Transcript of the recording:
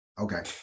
Okay